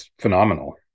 phenomenal